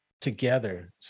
together